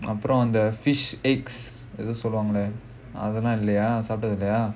அப்புறம் அந்த:appuram andha the fish eggs அப்புறம் அந்த ஏதோ சொல்வாங்களே:appuram andha edho solvaangalae